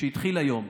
שהתחיל היום,